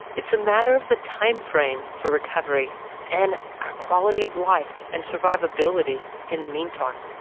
it's a matter of the time-frame for recovery and our quality of life and survivability in the meantime.